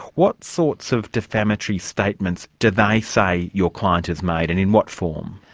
what sorts of defamatory statements do they say your client has made, and in what form?